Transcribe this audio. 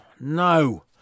No